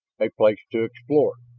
a place to explore!